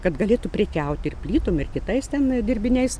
kad galėtų prekiauti ir plytom ir kitais ten dirbiniais